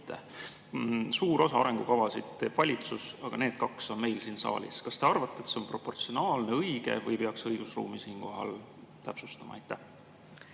Suure osa arengukavasid teeb valitsus, aga need kaks on meil siin saalis. Kas te arvate, et see on proportsionaalne ja õige, või peaks õigusruumi siinkohal täpsustama? Suur